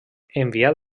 enviat